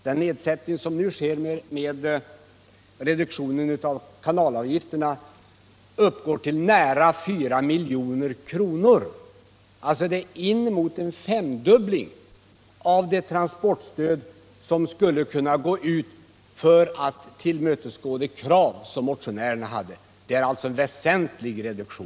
Den reduktion av kanalavgifterna som nu föreslås uppgår till nära 4 milj.kr., dvs. inemot en femdubbling av vad som behövdes för att tillmötesgå det tidigare kravet på transportstöd. Det är alltså fråga om en väsentlig reduktion.